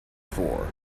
four